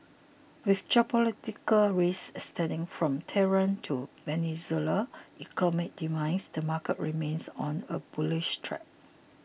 with geopolitical risk extending from Tehran to Venezuela's economic demise the market remains on a bullish track